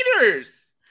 Leaders